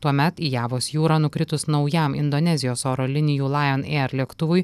tuomet į javos jūrą nukritus naujam indonezijos oro linijų lion air lėktuvui